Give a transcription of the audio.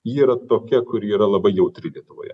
ji yra tokia kuri yra labai jautri lietuvoje